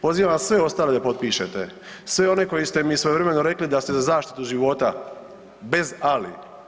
Pozivam sve ostale da potpišete, sve one koji ste mi svojevremeno rekli da ste za zaštitu života bez „ali“